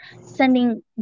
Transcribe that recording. sending